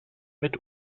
mit